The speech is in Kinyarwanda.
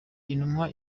intumwa